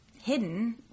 hidden